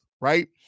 right